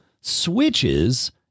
switches